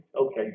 Okay